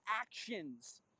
actions